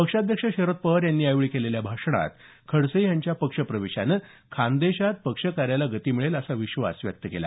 पक्षाध्यक्ष शरद पवार यांनी यावेळी केलेल्या भाषणात खडसे यांच्या पक्षप्रवेशानं खानदेशात पक्षकार्याला गती मिळेल असा विश्वास व्यक्त केला